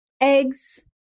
eggs